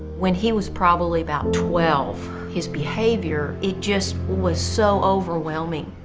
when he was probably about twelve, his behavior, it just was so overwhelming.